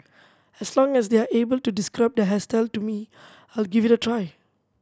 as long as they are able to describe the hairstyle to me I will give it a try